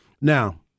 now